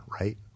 right